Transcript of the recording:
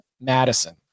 Madison